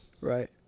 Right